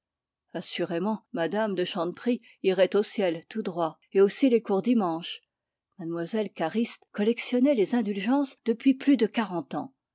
assurément mme de chanteprie irait au ciel tout droit et aussi les courdimanche mlle cariste collectionnait les indulgences depuis plus de quarante ans